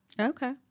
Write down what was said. Okay